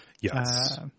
Yes